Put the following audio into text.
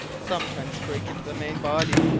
sometimes break into the main body,